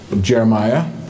Jeremiah